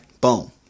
boom